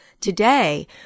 Today